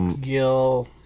Gil